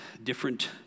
different